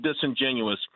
disingenuous